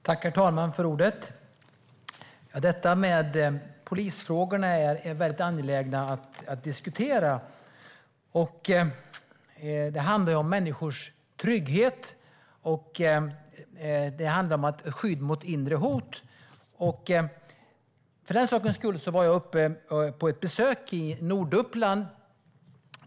Herr talman! Det är väldigt angeläget att diskutera polisfrågorna. Det handlar om människors trygghet, och det handlar om skydd mot inre hot. För den sakens skull var jag ganska nyligen på ett besök i Norduppland.